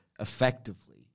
effectively